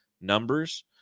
numbers